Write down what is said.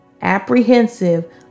apprehensive